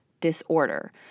disorder